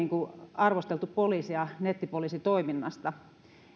arvosteltu poliisia nettipoliisitoiminnasta